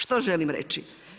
Što želim reći.